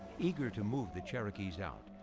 eager to move the cherokees out,